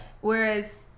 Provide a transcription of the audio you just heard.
whereas